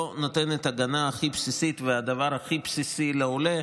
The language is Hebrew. לא נותנת הגנה הכי בסיסית והדבר הכי בסיסי לעולה,